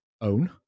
own